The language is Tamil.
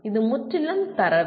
இது முற்றிலும் தரவு